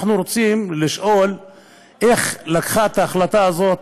אנחנו רוצים לשאול איך היא לקחה את ההחלטה הזאת,